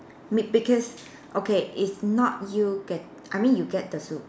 m~ because okay it's not you get I mean you get the su~